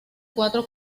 cuatro